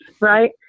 Right